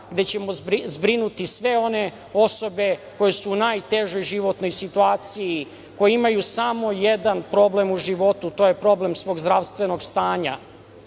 gde ćemo zbrinuti sve one osobe koje su u najtežoj životnoj situaciji, koji imaju samo jedan problem u životu, a to je problem svog zdravstvenog stanja.